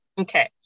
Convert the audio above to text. Okay